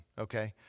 okay